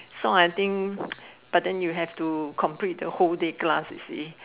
so I think but then you have to complete the whole day class you see